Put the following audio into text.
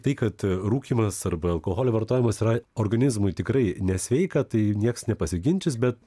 tai kad rūkymas arba alkoholio vartojimas yra organizmui tikrai nesveika tai nieks nepasiginčys bet